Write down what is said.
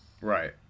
Right